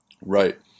Right